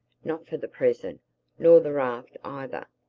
not for the present nor the raft either,